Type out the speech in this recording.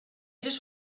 eres